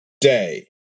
day